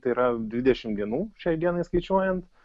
tai yra dvidešim dienų šiai dienai skaičiuojant